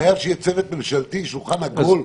שחייב שיהיה צוות ממשלתי, שולחן עגול,